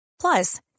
Plus